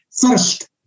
first